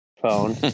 phone